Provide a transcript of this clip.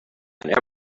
and